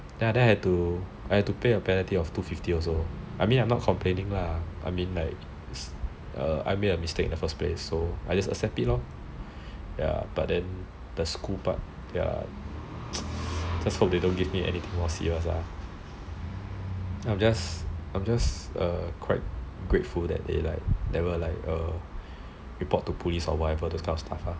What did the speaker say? then I had to pay a penalty of two fifty or so but I mean I'm not complaining or anything lah I made a mistake in the first place so I just accept it lor but then the school part ya just hope they don't give me anything more serious lah I'm just quite grateful that they like never like report to police or whatever lah those kind of stuff